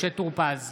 משה טור פז,